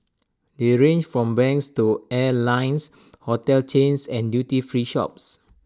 they range from banks to airlines hotel chains and duty free shops